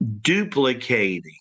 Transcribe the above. duplicating